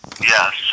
Yes